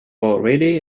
already